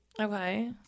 Okay